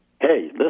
Hey